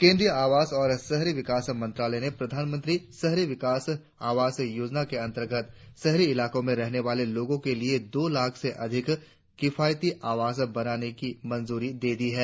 केंद्रीय आवास और शहरी विकास मंत्रालय ने प्रधानमंत्री शहरी आवास योजना के अंतर्गत शहरी इकालों में रहने वाले लोगों के लिए दो लाख से अधिक किफायती आवास बनाने की मंजूरी दे दी है